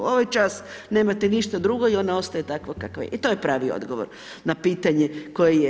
Ovaj čas nemate ništa drugo i ona ostaje takva kakva je, i to je pravi odgovor na pitanje koje je.